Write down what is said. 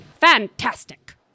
Fantastic